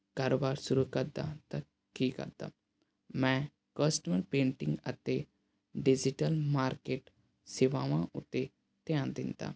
ਕਾਰੋਬਾਰ ਸ਼ੁਰੂ ਕਰਦਾ ਹਾਂ ਤਾਂ ਕੀ ਕਰਦਾ ਮੈਂ ਕਸਟਮਰ ਪੇਂਟਿੰਗ ਅਤੇ ਡਿਜ਼ੀਟਲ ਮਾਰਕੀਟ ਸੇਵਾਵਾਂ ਉੱਤੇ ਧਿਆਨ ਦਿੰਦਾ